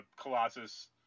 Colossus